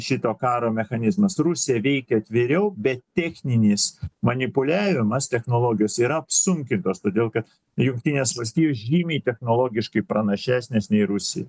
šito karo mechanizmas rusija veikia atviriau bet techninis manipuliavimas technologijose yra apsunkintas todėl kad jungtinės valstijos žymiai technologiškai pranašesnės nei rusija